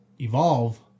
evolve